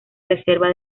reserva